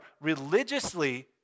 religiously